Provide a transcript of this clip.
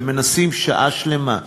ומנסים שעה שלמה,